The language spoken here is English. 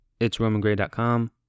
itsromangray.com